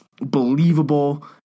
believable